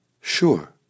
Sure